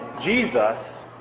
Jesus